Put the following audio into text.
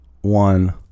one